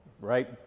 right